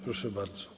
Proszę bardzo.